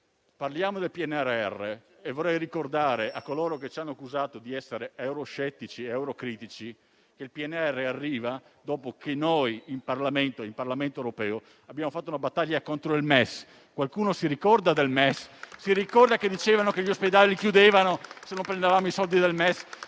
parliamo del PNRR. Vorrei ricordare, a coloro che ci hanno accusato di essere euroscettici ed eurocritici, che il PNRR arriva dopo che noi, al Parlamento europeo, abbiamo condotto una battaglia contro il MES. Qualcuno si ricorda del MES? Ricorda che si diceva che gli ospedali avrebbero chiuso se non prendevamo i soldi del MES?